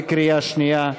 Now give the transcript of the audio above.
בקריאה שנייה,